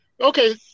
okay